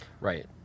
Right